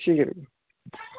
ठीक ऐ